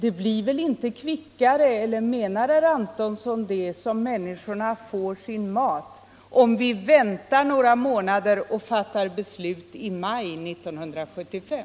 Eller menar herr Antonsson att människorna får sin mat snabbare, om vi väntar några månader och fattar beslutet i maj 1975?